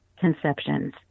conceptions